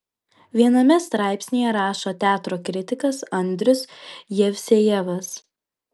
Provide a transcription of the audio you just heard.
viename straipsnyje rašo teatro kritikas andrius jevsejevas